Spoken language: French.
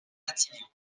matignon